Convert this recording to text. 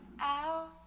out